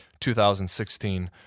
2016